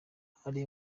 hari